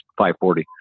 540